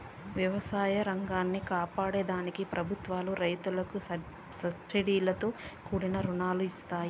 వ్యవసాయ రంగాన్ని కాపాడే దానికి ప్రభుత్వాలు రైతులకు సబ్సీడితో కూడిన రుణాలను ఇస్తాయి